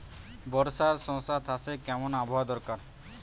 বর্ষার শশা চাষে কেমন আবহাওয়া দরকার?